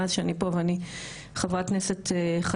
מאז שאני פה ואני חברת כנסת חדשה,